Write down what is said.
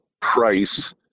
price